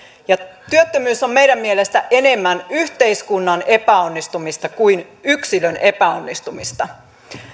työttömyys on meidän mielestä enemmän yhteiskunnan epäonnistumista kuin yksilön epäonnistumista